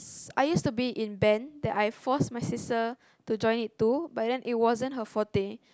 I used to be in band that I force my sister to join it too but then it wasn't her forte